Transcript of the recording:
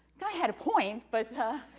had a point, but,